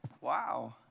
Wow